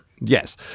Yes